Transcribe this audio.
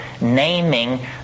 naming